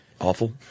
Awful